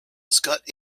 scott